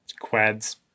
quads